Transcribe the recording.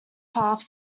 path